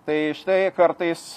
tai štai kartais